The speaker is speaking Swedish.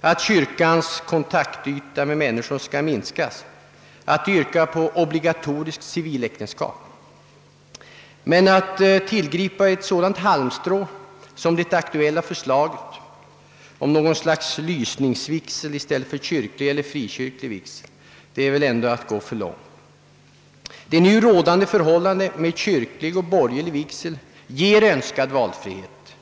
att kyrkans kontaktyta gentemot människor skall minskas, yrkar på obligatoriskt civiläktenskap, men att tillgripa ett sådant halmstrå som det aktuella förslaget om något slags lysningsvigsel i stället för kyrklig eller frikyrklig vigsel är ändå att gå för långt. Det nu rådande förhållandet med kyrklig och borgerlig vigsel ger önskad valfrihet.